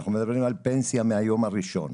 אנחנו מדברים על פנסיה מהיום הראשון.